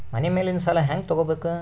ಮನಿ ಮೇಲಿನ ಸಾಲ ಹ್ಯಾಂಗ್ ತಗೋಬೇಕು?